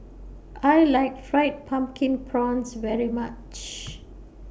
I like Fried Pumpkin Prawns very much